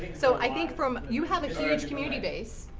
so i think from you have a huge community base